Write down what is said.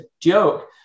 joke